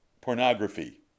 Pornography